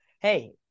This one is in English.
Hey